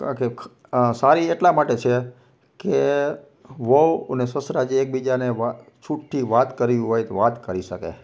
કારણ કે આ સારી એટલા માટે છે કે વહુ અને સસરા જે એકબીજાને વા છૂટથી વાત કરવી હોય તો વાત કરી શકે